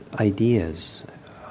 ideas